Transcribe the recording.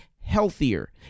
healthier